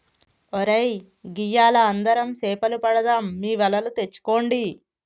ఒరై గియ్యాల అందరం సేపలు పడదాం మీ వలలు తెచ్చుకోండి